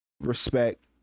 Respect